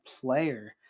player